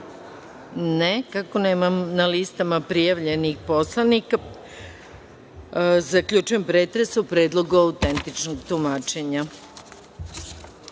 (Ne)Kako nemam na listama prijavljenih poslanika, zaključujem pretres o Predlogu autentičnog tumačenja. Saglasno